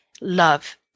love